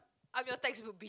I'm your textbook b~